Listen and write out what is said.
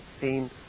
seen